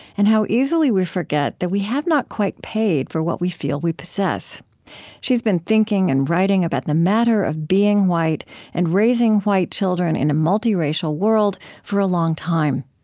and how easily we forget that we have not quite paid for what we feel we possess she's been thinking and writing about the matter of being white and raising white children in a multi-racial world for a long time.